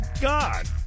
god